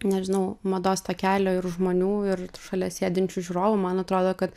nežinau mados takelio ir žmonių ir šalia sėdinčių žiūrovų man atrodo kad